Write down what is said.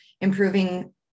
improving